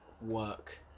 work